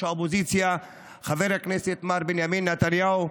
האופוזיציה חבר הכנסת מר בנימין נתניהו,